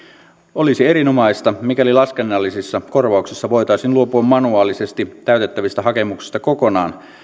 olisi erinomaista mikäli laskennallisissa korvauksissa voitaisiin luopua manuaalisesti täytettävistä hakemuksista kokonaan